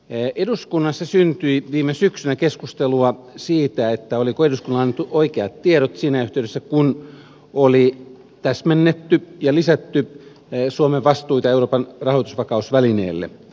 eduskunnassa syntyi viime syksynä keskustelua siitä oliko eduskunnalle annettu oikeat tiedot siinä yhteydessä kun oli täsmennetty ja lisätty suomen vastuita euroopan rahoitusvakausvälineelle